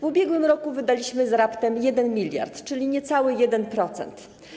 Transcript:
W ubiegłym roku wydaliśmy raptem 1 mld, czyli niecały 1%.